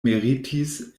meritis